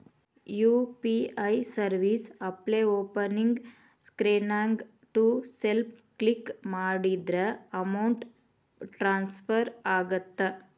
UPI service ಆಪ್ನ್ಯಾಓಪನಿಂಗ್ ಸ್ಕ್ರೇನ್ನ್ಯಾಗ to self click ಮಾಡಿದ್ರ ಅಮೌಂಟ್ ಟ್ರಾನ್ಸ್ಫರ್ ಆಗತ್ತ